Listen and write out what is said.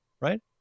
right